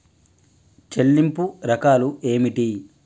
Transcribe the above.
చెల్లింపు రకాలు ఏమిటి?